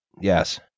Yes